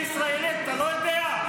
ישראלית, אתה לא יודע?